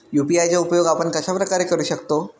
UPI चा उपयोग आपण कशाप्रकारे करु शकतो?